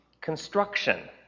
Construction